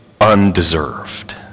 undeserved